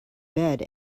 bed